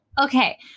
Okay